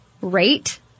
rate